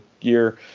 year